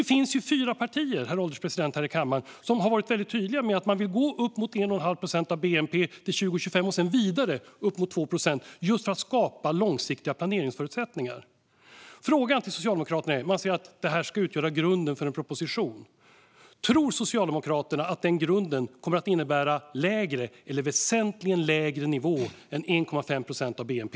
Det finns ju fyra partier här i kammaren som har varit tydliga med att man vill gå upp till 1,5 procent av bnp till 2025 och sedan vidare till uppemot 2 procent just för att skapa långsiktiga planeringsförutsättningar. Socialdemokraterna säger att rapporten ska utgöra grunden för en proposition. Frågan till er är: Tror Socialdemokraterna att den grunden kommer att innebära lägre eller väsentligen lägre nivå än 1,5 procent av bnp?